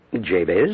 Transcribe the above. Jabez